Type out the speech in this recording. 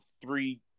three